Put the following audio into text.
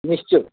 নিশ্চই